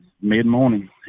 mid-morning